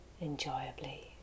enjoyably